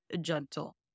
gentle